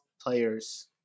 players